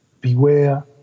Beware